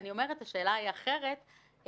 השאלה היא אחרת,